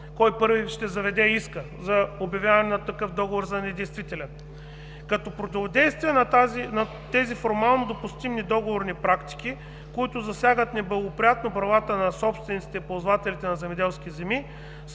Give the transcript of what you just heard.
кой първи ще заведе иска за обявяване на такъв договор за недействителен. Като противодействие на тези формално допустими договорни практики, които засягат неблагоприятно правата на собствениците и ползвателите на земеделски земи,